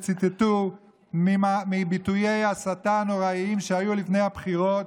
וציטטו מביטויי ההסתה הנוראים שהיו לפני הבחירות,